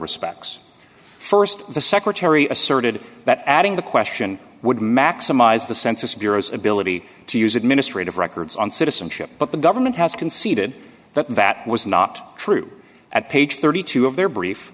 respects first the secretary asserted that adding the question would maximize the census bureau's ability to use administrative records on citizenship but the government has conceded that that was not true at page thirty two of their brief